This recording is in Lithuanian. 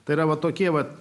tai yra va tokie vat